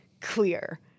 clear